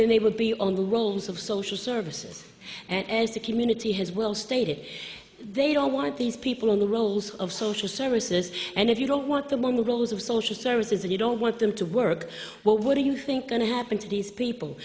then they would be on the rolls of social services and as a community has well stated they don't want these people on the rolls of social services and if you don't want them on the rules of social services and you don't want them to work what do you think going to happen to these people